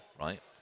right